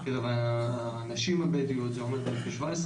בקרב הנשים הבדואיות זה עומד על כ-17%.